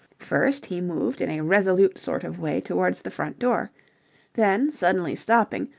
first, he moved in a resolute sort of way towards the front door then, suddenly stopping,